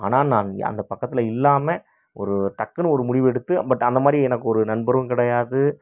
ஆனால் நான் அந்த பக்கத்தில் இல்லாமல் ஒரு டக்குன்னு ஒரு முடிவு எடுத்து பட் அந்தமாதிரி எனக்கொரு நண்பரும் கிடையாது